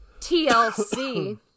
TLC